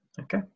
Okay